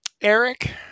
Eric